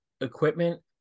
equipment